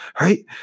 right